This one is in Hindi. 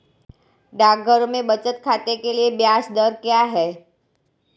डाकघरों में बचत खाते के लिए ब्याज दर क्या है?